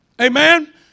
amen